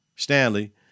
Stanley